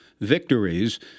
victories